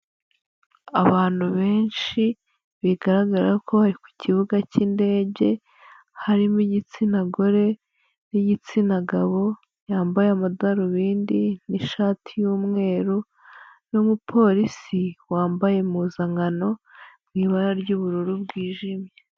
Abantu benshi bigaragara ko bari ku kibuga cy'indege, harimo igitsina gore n'igitsina gabo, yambaye amadarubindi n'ishati y'umweru n'umupolisi wambaye impuzankano mu ibara ry'ubururu bwijimye.